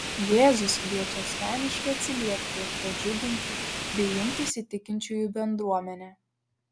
jėzus kviečia asmeniškai atsiliepti ir pradžiugti bei jungtis į tikinčiųjų bendruomenę